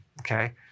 Okay